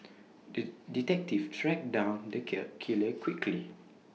the detective tracked down the cat killer quickly